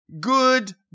good